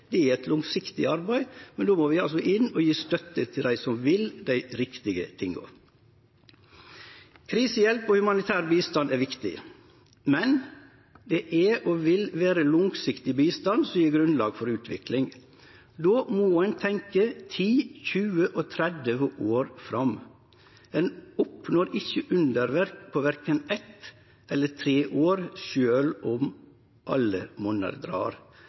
er eit langsiktig arbeid – men då må vi inn og gje støtte til dei som vil dei riktige tinga. Krisehjelp og humanitær bistand er viktig, men det er og vil vere langsiktig bistand som gjev grunnlag for utvikling. Då må ein tenkje ti, tjue, tretti år framover. Ein oppnår ikkje underverk på verken eitt eller tre år, sjølv om alle monner drar.